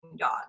dog